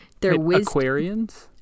Aquarians